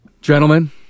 Gentlemen